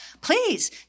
Please